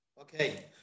okay